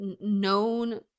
known